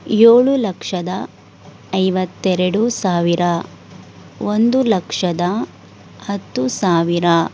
ಏಳು ಲಕ್ಷದ ಐವತ್ತೆರಡು ಸಾವಿರ ಒಂದು ಲಕ್ಷದ ಹತ್ತು ಸಾವಿರ